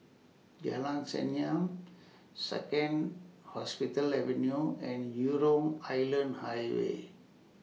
Jalan Senyum Second Hospital Avenue and Jurong Island Highway